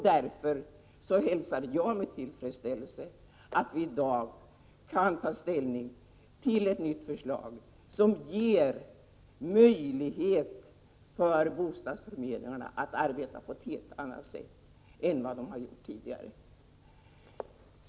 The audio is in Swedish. Därför hälsar jag med tillfredsställelse att vi i dag kan ta ställning till ett nytt förslag, som ger möjlighet för bostadsförmedlarna att arbeta på ett helt annat sätt än vad de har gjort tidigare.